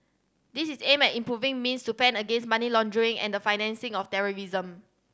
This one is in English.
this is aimed at improving means to fend against money laundering and the financing of terrorism